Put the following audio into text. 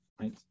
right